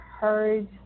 heard